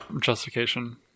justification